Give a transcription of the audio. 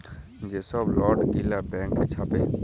যে ছব লট গিলা ব্যাংক ছাপে